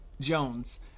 Jones